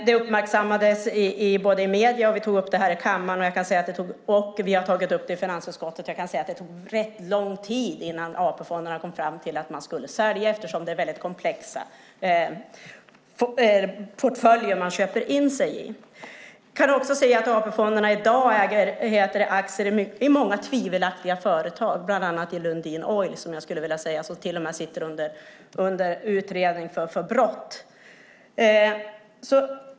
Det uppmärksammades i medierna, vi tog upp det här i kammaren, och vi har tagit upp det i finansutskottet. Jag kan säga att det tog rätt lång tid innan AP-fonderna kom fram till att de skulle sälja, eftersom det är väldigt komplexa portföljer de köper in sig i. Jag kan också säga att AP-fonderna i dag äger aktier i många tvivelaktiga företag, bland annat i Lundin Oil, som, skulle jag vilja säga, till och med är under utredning för brott.